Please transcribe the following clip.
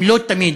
הם לא תמיד